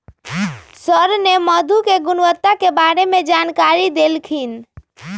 sir ने मधु के गुणवत्ता के बारे में जानकारी देल खिन